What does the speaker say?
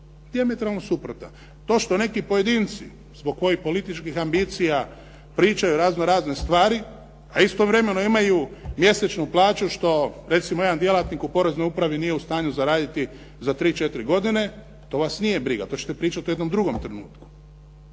dijametralno suprotna. To što neki pojedinci zbog svojih političkih ambicija pričaju razno razne stvari, a istovremeno imaju mjesečnu plaću što jedan djelatnik u Poreznoj upravi nije u stanju zaraditi za tri, četiri godine, to vas nije briga to ćete pričati u jednom drugom trenutku.